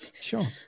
sure